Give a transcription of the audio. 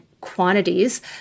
quantities